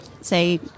say